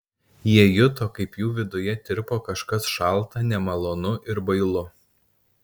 jie juto kaip jų viduje tirpo kažkas šalta nemalonu ir bailu